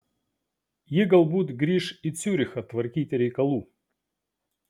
ji galbūt grįš į ciurichą tvarkyti reikalų